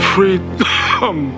Freedom